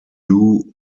yew